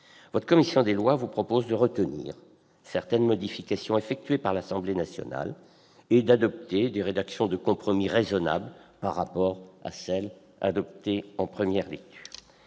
La commission des lois vous propose de retenir certaines modifications effectuées par l'Assemblée nationale et d'adopter des rédactions de compromis raisonnables par rapport à celles qui ont été adoptées en première lecture.